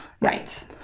Right